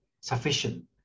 sufficient